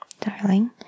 Darling